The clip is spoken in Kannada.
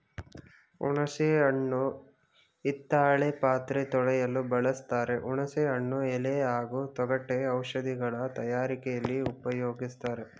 ಹುಣಸೆ ಹಣ್ಣು ಹಿತ್ತಾಳೆ ಪಾತ್ರೆ ತೊಳೆಯಲು ಬಳಸ್ತಾರೆ ಹುಣಸೆ ಹಣ್ಣು ಎಲೆ ಹಾಗೂ ತೊಗಟೆ ಔಷಧಗಳ ತಯಾರಿಕೆಲಿ ಉಪ್ಯೋಗಿಸ್ತಾರೆ